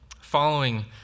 following